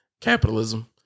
capitalism